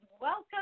welcome